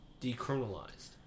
decriminalized